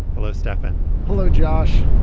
hello stefan. hello josh.